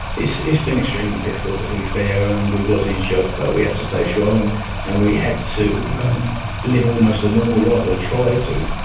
it has been extremely difficult, to be fair, and we was in shock but we have to stay strong and we had to live almost a normal life, or try to.